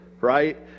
right